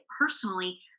personally